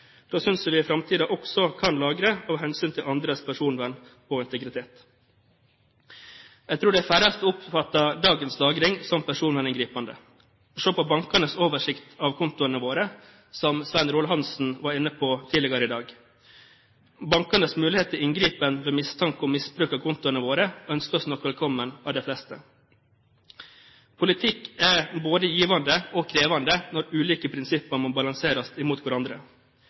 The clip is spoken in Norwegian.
Da synes jeg at vi i framtiden også kan lagre av hensyn til andres personvern og integritet. Jeg tror de færreste oppfatter dagens lagring som personverninngripende. Se på bankenes oversikt over kontoene våre, som Svein Roald Hansen var inne på tidligere i dag. Bankenes mulighet til inngripen ved mistanke om misbruk av kontoene våre ønskes nok velkommen av de fleste. Politikk er både givende og krevende når ulike prinsipper må balanseres mot hverandre.